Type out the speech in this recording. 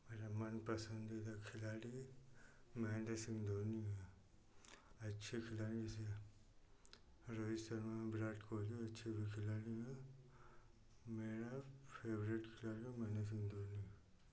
मेरा मनपसंदीदा खिलाड़ी महेंदर सिंह धोनी है अच्छे खिलाड़ी से रोहित सर्मा विराट कोहली अच्छे वह खिलाड़ी हैं मेरा फेवरेट खिलाड़ी महेंदर सिंह धोनी है